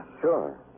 Sure